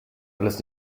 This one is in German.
alles